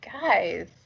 guys